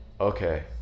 okay